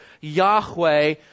Yahweh